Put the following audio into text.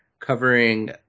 covering